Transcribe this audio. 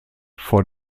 vor